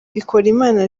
bikorimana